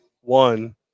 One